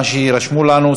מה שרשמו לנו,